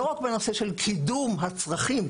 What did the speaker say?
לא רק בנושא של קידום הצרכים,